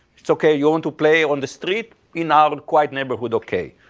it's okay, you want to play on the street, in our quiet neighborhood, okay.